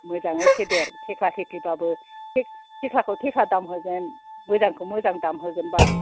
मोजाङै फेदेर थेफा थेफिबाबो थिख थेफाखौ थेफा दाम होगोन मोजांखौ मोजां दाम होगोन बाल